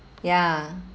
ya